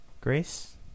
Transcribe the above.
grace